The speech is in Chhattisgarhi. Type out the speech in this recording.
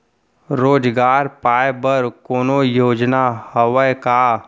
रोजगार पाए बर कोनो योजना हवय का?